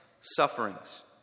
sufferings